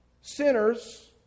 sinners